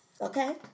Okay